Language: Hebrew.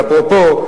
אפרופו,